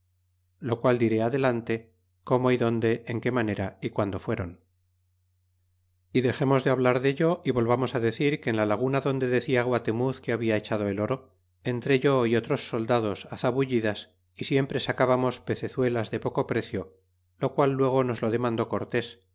lo qual diré adelante como y donde en que manera y guando fuéron y dexemos de hablar dello y volvamos á decir que en la laguna donde decia guatemuz que habia echado el oro entré yo y otros soldados á zabullidas y siempre sacábamos pecezuelas de poco precio lo qual luego nos lo demandó cortés